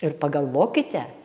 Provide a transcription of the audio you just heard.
ir pagalvokite